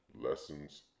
Lessons